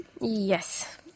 Yes